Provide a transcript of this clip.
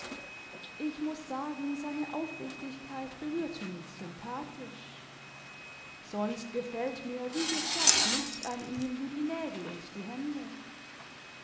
ich muß sagen seine aufrichtigkeit berührte mich sympathisch sonst gefällt mir wie gesagt nichts ihm wie die nägel und die hände